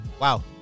Wow